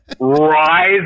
rise